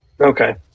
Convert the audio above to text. Okay